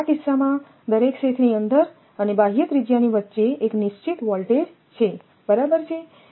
તેથી આ કિસ્સામાં દરેક સેથની અંદર અને બાહ્ય ત્રિજ્યાની વચ્ચે એક નિશ્ચિત વોલ્ટેજ છેબરાબર છે